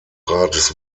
rates